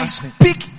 speak